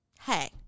hey